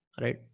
Right